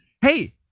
hey